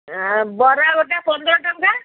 ଆ ବରା ଗୋଟା ପନ୍ଦର ଟଙ୍କା